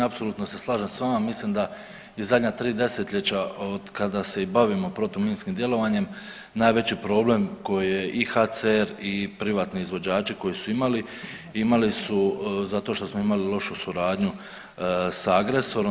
Apsolutno se slažem s vama, mislim da i zadnja tri desetljeća od kada se i bavimo protuminskim djelovanjem najveći problem koje i HCR i privatni izvođači koji su imali, imali su zato što smo imali lošu suradnju sa agresorom.